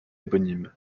éponyme